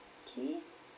okay